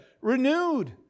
renewed